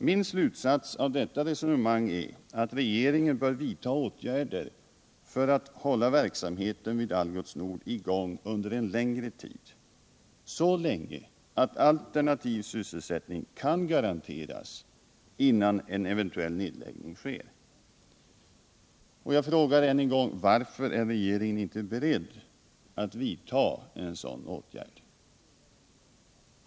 Min slutsats av detta resonemang blir att regeringen bör vidta åtgärder föratt hålla verksamheten vid Algots Nord i gång under en längre tid, så länge alt alternativ sysselsättning kan garanteras innan en eventuell nedläggning sker, och jag frågar än en gång: Varför är regeringen inte beredd att vidta sådana åtgärder?